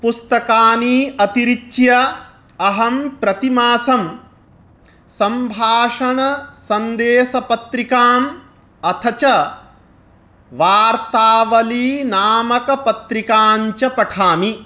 पुस्तकानि अतिरिच्य अहं प्रतिमासं सम्भाषणसन्देशपत्रिकाम् अथ च वार्तावलीनामकपत्रिकाञ्च पठामि